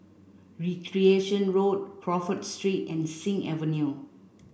Recreation Road Crawford Street and Sing Avenue